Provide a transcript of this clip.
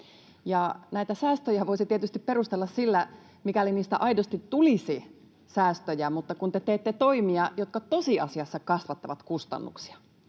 Näitä säästöjä voisi tietysti perustella sillä, mikäli niistä aidosti tulisi säästöjä, mutta te teette toimia, jotka tosiasiassa kasvattavat kustannuksia.